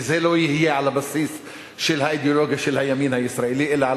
וזה לא יהיה על הבסיס של האידיאולוגיה של הימין הישראלי אלא על